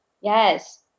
Yes